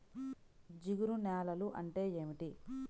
జిగురు నేలలు అంటే ఏమిటీ?